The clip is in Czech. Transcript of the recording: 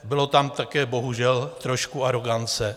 Bylo tam také bohužel trošku arogance.